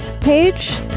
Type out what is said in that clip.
page